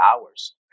hours